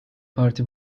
parti